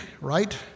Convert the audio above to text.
right